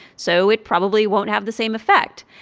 so it probably won't have the same effect.